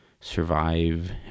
survive